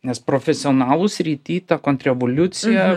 nes profesionalų srity ta kontrrevoliucija